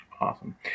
Awesome